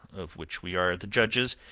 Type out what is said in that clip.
of which we are the judges,